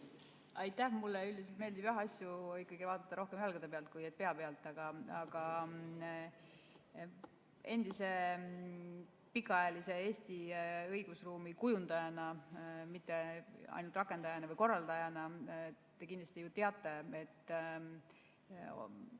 Aitäh! Mulle üldiselt meeldib asju vaadata rohkem jalgade pealt, mitte pea pealt. Aga endise pikaajalise Eesti õigusruumi kujundajana, mitte ainult rakendajana või korraldajana, te kindlasti ju teate, et